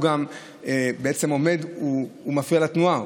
ואז הוא מפריע לתנועה.